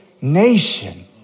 nation